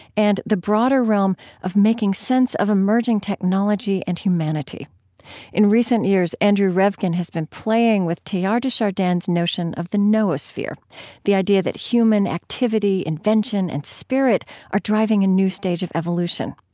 and the broader realm of making sense of emerging technology and humanity in recent years, andrew revkin has been playing with teilhard de chardin's notion of the noosphere the idea that human activity, invention, and spirit are driving a new stage of evolution.